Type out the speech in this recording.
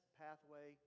pathway